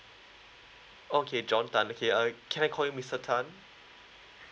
okay john tan okay uh can I call you mister tan